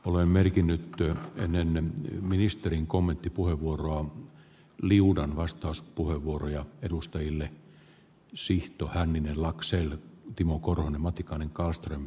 olen merkinnyt työ könönen ministerin kommenttipuheenvuoron liudan vastauspuheenvuoroja edustajille vissihto hänninen laakso ja timo korhonen matikainen kallström